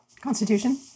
Constitution